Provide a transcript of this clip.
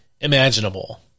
imaginable